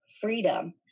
freedom